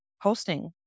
hosting